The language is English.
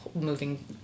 moving